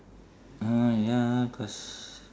ah ya cause